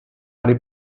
harry